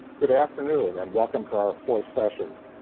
good afternoon, and welcome to our fourth session,